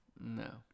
No